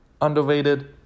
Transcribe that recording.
underrated